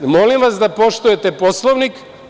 Molim vas da poštujete Poslovnik.